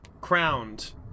crowned